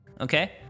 Okay